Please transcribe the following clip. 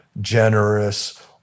generous